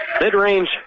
mid-range